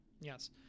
Yes